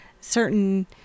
certain